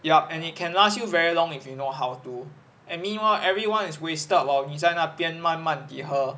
yup and it can last you very long if you know how to and meanwhile everyone is wasted while 你在那边慢慢地喝